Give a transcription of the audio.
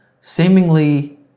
seemingly